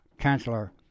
chancellor